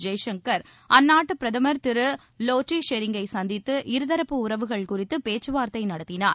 ஜெய்சங்கர் அந்நாட்டு பிரதமர் திரு லோட்டே ஷெரிங்கை சந்தித்து இருதரப்பு உறவுகள் குறித்து பேச்சுவார்தை நடத்தினார்